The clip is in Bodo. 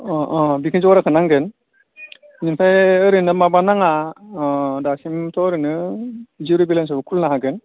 बिखो जराफा नांगोन ओमफ्राय ओरैनो माबा नाङा दासिमथ' ओरैनो जिर' बेलेन्स आवबो खुलिनो हागोन